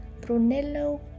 Brunello